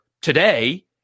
today